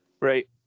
Right